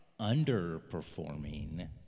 underperforming